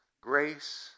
grace